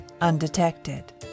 undetected